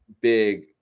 big